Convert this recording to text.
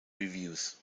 reviews